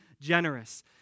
generous